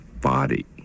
body